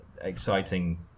exciting